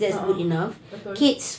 ah ah betul